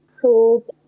called